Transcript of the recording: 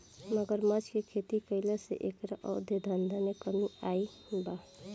मगरमच्छ के खेती कईला से एकरा अवैध धंधा में कमी आईल बा